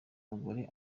bagore